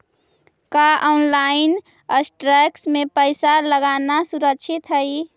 का online stocks में पैसा लगाना सुरक्षित हई